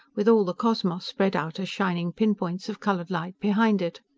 with all the cosmos spread out as shining pin points of colored light behind it.